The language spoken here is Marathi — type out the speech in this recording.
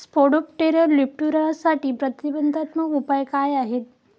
स्पोडोप्टेरा लिट्युरासाठीचे प्रतिबंधात्मक उपाय काय आहेत?